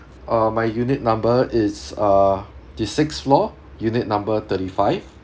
uh my unit number is uh the sixth floor unit number thirty five